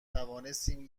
توانستیم